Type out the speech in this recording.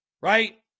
right